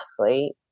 athlete